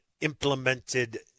implemented